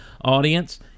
audience